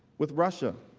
with russia.